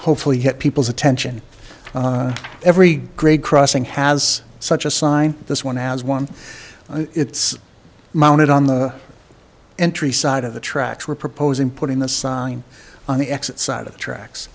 hopefully get people's attention every grade crossing has such a sign this one has one it's mounted on the entry side of the tracks we're proposing putting the sign on the exit side of the tracks